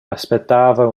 aspettava